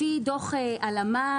לפי דוח הלמ"ס,